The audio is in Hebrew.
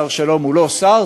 שר-שלום הוא לא שר,